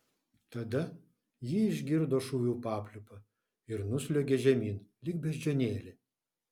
tada ji išgirdo šūvių papliūpą ir nusliuogė žemyn lyg beždžionėlė